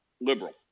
liberal